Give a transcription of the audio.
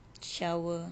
shower